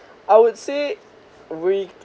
I would say we